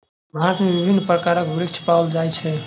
भारत में विभिन्न प्रकारक वृक्ष पाओल जाय छै